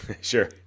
sure